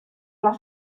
las